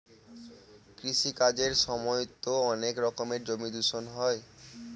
কৃষি কাজের সময়তো অনেক রকমের জমি দূষণ হয়